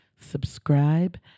subscribe